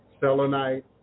selenite